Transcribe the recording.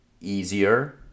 easier